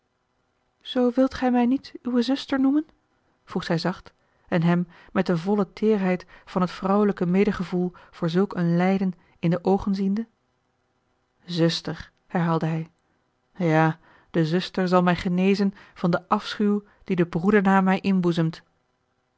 zoo wilt gij mij niet uwe zuster noemen vroeg zij zacht en hem met de volle teêrheid van het vrouwelijke medegevoel voor zulk een lijden in de oogen ziende zuster herhaalde hij ja de zuster zal mij genezen van den afschuw dien de broedernaam mij